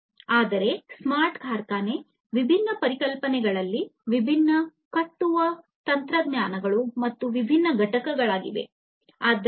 ಆದರೆ ಸ್ಮಾರ್ಟ್ ಕಾರ್ಖಾನೆ ವಿಭಿನ್ನ ಪರಿಕಲ್ಪನೆಗಳಲ್ಲಿ ವಿಭಿನ್ನ ಕಟ್ಟುವ ತಂತ್ರಜ್ಞಾನಗಳು ಮತ್ತು ವಿಭಿನ್ನ ಘಟಕಗಳಿವೆ